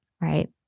Right